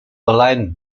align